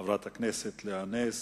חברת הכנסת לאה נס.